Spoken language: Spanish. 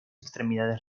extremidades